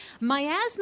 miasma